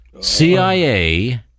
CIA